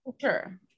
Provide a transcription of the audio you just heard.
Sure